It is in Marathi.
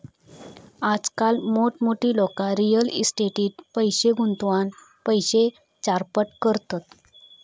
आजकाल मोठमोठी लोका रियल इस्टेटीट पैशे गुंतवान पैशे चारपट करतत